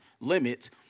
limits